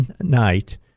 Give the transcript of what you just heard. night